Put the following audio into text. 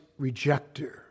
rejecter